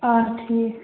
آ ٹھیٖک